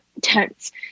tense